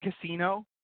casino